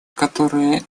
которые